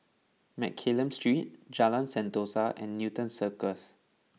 Mccallum Street Jalan Sentosa and Newton Cirus